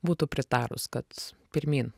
būtų pritarus kad pirmyn